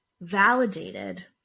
validated